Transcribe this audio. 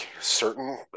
certain